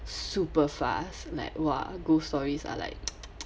super fast like !wah! ghost stories are like